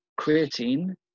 creatine